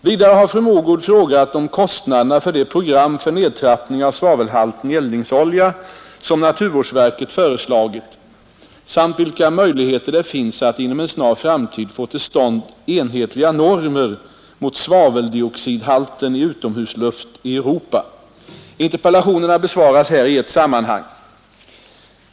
Vidare har fru Mogård frågat om kostnaderna för det program för nedtrappning av svavelhalten i eldningsolja som naturvårdsverket föreslagit samt vilka möjligheter det finns att inom en snar framtid få till stånd enhetliga normer mot svaveldioxidhalten i utomhusluft i Europa. Interpellationerna besvaras här i ett sammanhang.